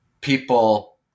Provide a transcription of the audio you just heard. people